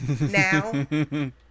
now